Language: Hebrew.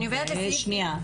אוקיי בסדר, תודה רבה.